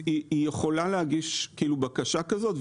היא יכולה להגיש בקשה כזאת.